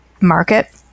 market